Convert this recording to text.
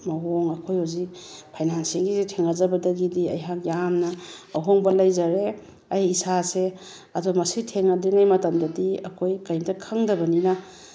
ꯃꯑꯣꯡ ꯑꯩꯈꯣꯏ ꯍꯧꯖꯤꯛ ꯐꯥꯏꯅꯥꯟꯁꯤꯑꯦꯜꯒꯤꯁꯦ ꯊꯦꯡꯅꯖꯕꯗꯒꯤꯗꯤ ꯑꯩꯍꯥꯛ ꯌꯥꯝꯅ ꯑꯍꯣꯡꯕ ꯂꯩꯖꯔꯦ ꯑꯩ ꯏꯁꯥꯁꯦ ꯑꯗꯣ ꯃꯁꯤ ꯊꯦꯡꯅꯗ꯭ꯔꯤꯉꯩ ꯃꯇꯝꯗꯗꯤ ꯑꯩꯈꯣꯏ ꯀꯔꯤꯃꯇ ꯈꯪꯗꯕꯅꯤꯅ